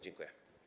Dziękuję.